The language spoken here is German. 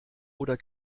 oder